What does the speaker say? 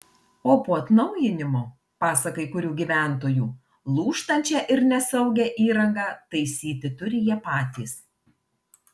o po atnaujinimo pasak kai kurių gyventojų lūžtančią ir nesaugią įrangą taisyti turi jie patys